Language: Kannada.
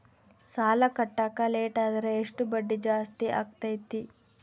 ಸಾಲ ಕಟ್ಟಾಕ ಲೇಟಾದರೆ ಎಷ್ಟು ಬಡ್ಡಿ ಜಾಸ್ತಿ ಆಗ್ತೈತಿ?